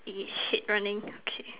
yes hate running okay